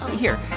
here,